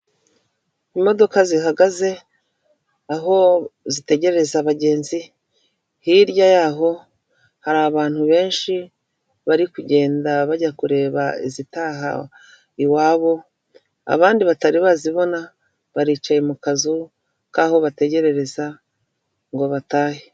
Imodoka zihagaze aho zitegereza abagenzi hirya y'aho hari abantu benshi bari kugenda bajya kureba izitaha iwabo, abandi batari bazibona baricaye mu kazu k'aho bategerereza ngo batahe.